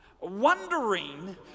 wondering